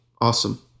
awesome